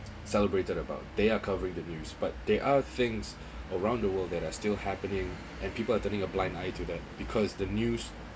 celebrated about they are covering the news but there are things around the world there are still happening and people are turning a blind eye to that because the news